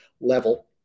level